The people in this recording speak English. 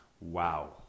Wow